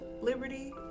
liberty